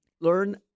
learn